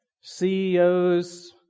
CEOs